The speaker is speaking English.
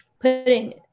putting